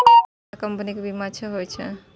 केना कंपनी के बीमा अच्छा होय छै?